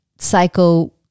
psycho